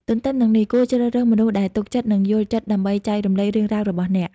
ទទ្ទឹមនឹងនេះ គួរជ្រើសរើសមនុស្សដែលទុកចិត្ត និងយល់ចិត្តដើម្បីចែករំលែករឿងរ៉ាវរបស់អ្នក។